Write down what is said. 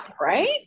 right